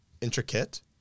Intricate